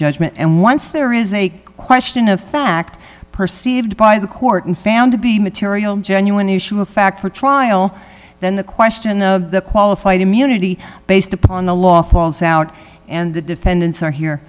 judgment and once there is a question of fact perceived by the court and found to be material genuine issue of fact for trial then the question of the qualified immunity based upon the law falls out and the defendants are here